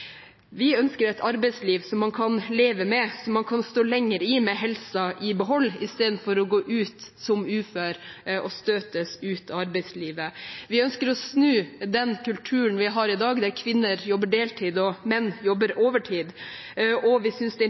Vi ønsker et arbeidsliv man kan leve med og stå lenger i med helsa i behold, istedenfor å gå ut som ufør og støtes ut av arbeidslivet. Vi ønsker å snu kulturen vi har i dag, der kvinner jobber deltid mens menn jobber overtid. Det er